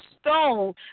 stone